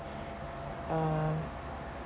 uh